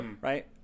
right